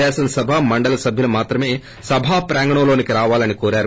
శాసనసభ మండలి సభ్యులు మాత్రమే సభా ప్రాంగణంలోకి రావాలని కోరారు